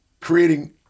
creating